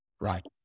Right